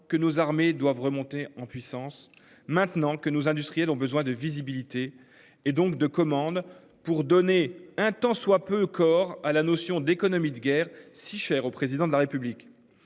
que nos armées doivent remonter en puissance. Maintenant que nos industriels ont besoin de visibilité et donc de commandes pour donner un tant soit peu corps à la notion d'économie de guerre si cher au président de la République.